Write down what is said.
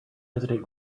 hesitate